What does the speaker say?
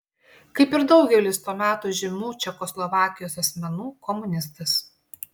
kaip ir daugelis to meto žymių čekoslovakijos asmenų komunistas